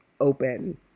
open